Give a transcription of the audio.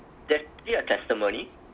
that gives a testimony